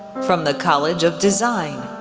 from the college of design.